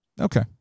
Okay